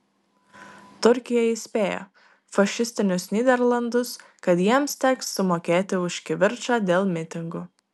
turkija įspėja fašistinius nyderlandus kad jiems teks sumokėti už kivirčą dėl mitingų